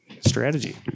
Strategy